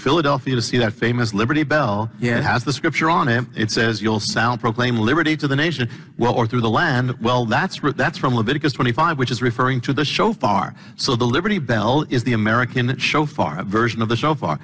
philadelphia to see that famous liberty bell yeah it has the scripture on him it says you'll sound proclaim liberty to the nation well or through the land well that's right that's from leviticus twenty five which is referring to the show far so the liberty bell is the american that show far a version of the so far